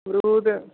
मरूद